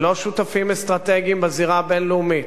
ללא שותפים אסטרטגיים בזירה הבין-לאומית,